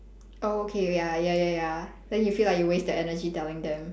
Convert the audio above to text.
oh okay ya ya ya ya then you feel like you wast the energy telling them